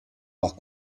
par